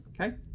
okay